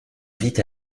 vite